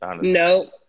no